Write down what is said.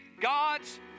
God's